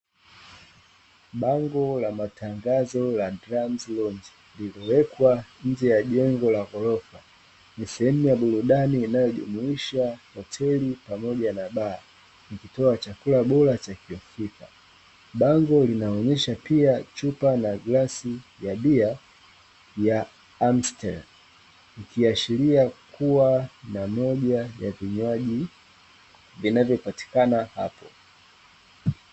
Bango la matangazo la dramuzirodi limewekwa nje ya jengo la ghorofa, ni sehemu ya burudani inayojumuisha hoteli pamoja na baa ikitoa chakula bora cha uhakika, bango linaonyesha pia chupa na glasi ya bia ya amusteli, ikiashiria kuwa na moja ya vinywaji vinavyopatikana hapo.